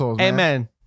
amen